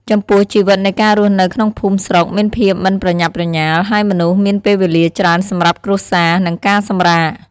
ចំពោះ ជីវិតនៃការរស់នៅក្នុងភូមិស្រុកមានភាពមិនប្រញាប់ប្រញាល់ ហើយមនុស្សមានពេលវេលាច្រើនសម្រាប់គ្រួសារ និងការសម្រាក។